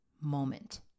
moment